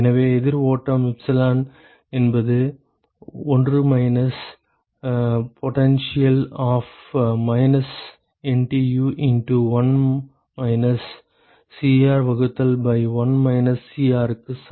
எனவே எதிர் ஓட்டம் எப்சிலான் என்பது ஒன்று minus potential of minus NTU into 1 minus Cr வகுத்தல் பை 1 மைனஸ் Cr க்கு சமம்